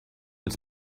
its